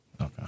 Okay